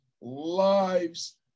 lives